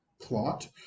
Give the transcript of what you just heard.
plot